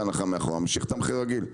מאחורה וממשיך לתמחר כרגיל,